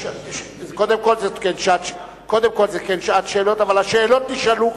חבר הכנסת ברכה,